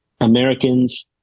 americans